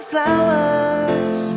flowers